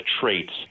traits